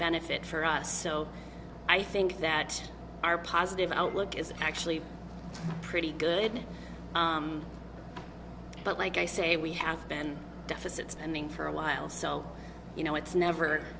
benefit for us so i think that our positive outlook is actually pretty good but like i say we have been deficit spending for a while so you know it's never